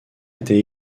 été